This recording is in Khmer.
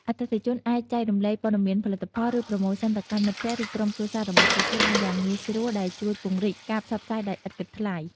អតិថិជនអាចចែករំលែកព័ត៌មានផលិតផល ឬប្រូម៉ូសិនទៅកាន់មិត្តភក្តិ ឬក្រុមគ្រួសាររបស់ពួកគេបានយ៉ាងងាយស្រួល ដែលជួយពង្រីកការផ្សព្វផ្សាយដោយឥតគិតថ្លៃ។